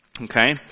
Okay